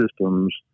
systems